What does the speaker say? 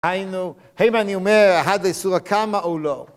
היינו, האם אני אומר, אהד איסורקמה או לא?